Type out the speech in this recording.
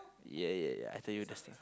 ya ya ya I told you the